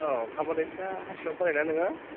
औ हाबानिसा हाइस्कुलाव फरायो ना नोङो